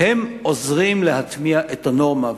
הם עוזרים להטמיע את הנורמה.